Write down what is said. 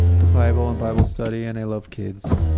the bible and bible study and i love kids.